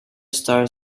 star